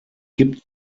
gibt